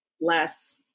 less